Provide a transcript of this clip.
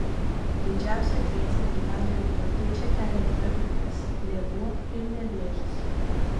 didžiausią grėsmę gyventojų turtui čia kelia dvi upės lėvuo ir nevėžis